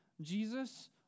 Jesus